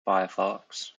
firefox